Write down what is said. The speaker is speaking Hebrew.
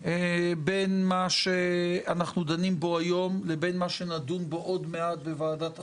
בין מה שאנחנו דנים בו היום לבין מה שנדון בו עוד מעט בוועדת החוקה,